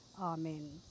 amen